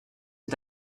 est